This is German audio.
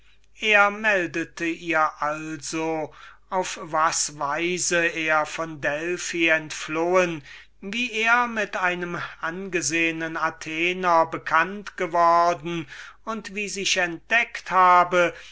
erlaubte umständlich zu sein auf was weise er von delphi entflohen wie er mit einem athenienser bekannt geworden und wie sich entdecket habe